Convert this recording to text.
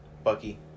Bucky